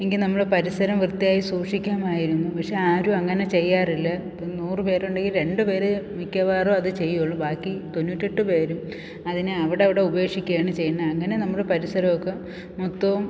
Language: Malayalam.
എങ്കിൽ നമ്മൾ പരിസരം വൃത്തിയായി സൂക്ഷിക്കാമായിരുന്നു പക്ഷേ ആരും അങ്ങനെ ചെയ്യാറില്ല ഇപ്പോൾ നൂറ് പേരുണ്ടെങ്കിൽ രണ്ട് പേർ മിക്കവാറും അത് ചെയ്യുള്ളു ബാക്കി തൊണ്ണൂറ്റെട്ട് പേരും അതിനെ അവിടവിടെ ഉപേക്ഷിക്കയാണ് ചെയ്യുന്നത് അങ്ങനെ നമ്മുടെ പരിസരമൊക്കെ മൊത്തവും